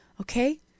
okay